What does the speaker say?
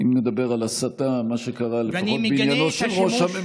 היינו נותנים לזה לעבור או שהיינו